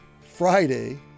Friday